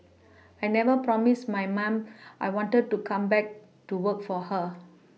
I never promised my ma'am I wanted to come back to work for her